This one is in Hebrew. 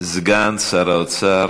סגן שר האוצר